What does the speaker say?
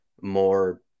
more